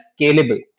scalable